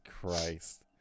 Christ